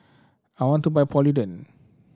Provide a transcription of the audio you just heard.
I want to buy Polident